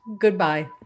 Goodbye